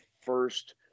first